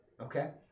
Okay